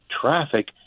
traffic